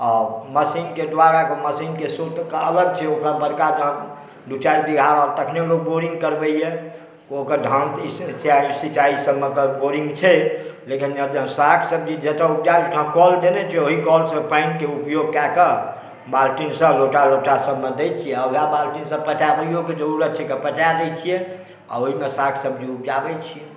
आ मशीनके दुआरा मशीनके स्रोत अलग छै ओकरा बरका दाम दुइ चारि बिगहा तखने लोक बोरिंग करबैया ओ ओकर धान ओकर सिंचाइ सबलेल तऽ बोरिंग छै लेकिन साग सब्जी जतय उपजायब ततय कल देने छै ओहि के लए पानिके उपयोग कए कऽ बालटीनसँ लोटा लोटा सबमे दै छियै आ वएह बालटीनसॅं पटाबैयोके जरूरत छै पटा दै छियै आ ओहिमे साग सब्जी उपजाबै छियै